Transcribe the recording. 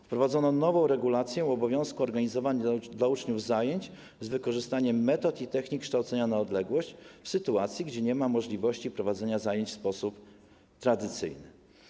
Wprowadzono nową regulację obowiązku organizowania dla uczniów zajęć z wykorzystaniem metod i technik kształcenia na odległość w sytuacji, gdzie nie ma możliwości prowadzenia zajęć w sposób tradycyjny.